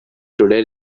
today